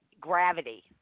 gravity